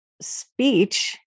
speech